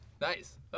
Nice